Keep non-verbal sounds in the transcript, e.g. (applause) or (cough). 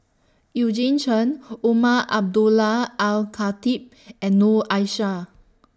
Eugene Chen Umar Abdullah Al Khatib (noise) and Noor Aishah